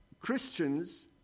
Christians